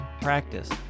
practice